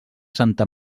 santa